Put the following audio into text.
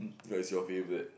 what's your favourite